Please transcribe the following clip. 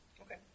Okay